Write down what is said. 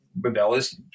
rebellious